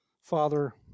Father